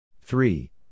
three